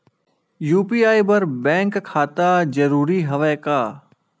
UPI बर bank खाता जरूरी हवय का?